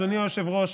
אדוני היושב-ראש,